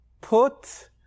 Put